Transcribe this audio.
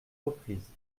reprises